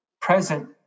present